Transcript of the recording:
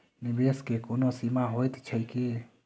निवेश केँ कोनो सीमा होइत छैक की?